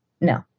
no